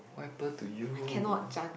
what happened to you